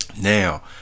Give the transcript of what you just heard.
now